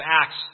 Acts